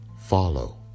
follow